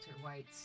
White